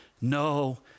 no